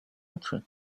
oczy